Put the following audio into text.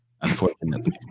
unfortunately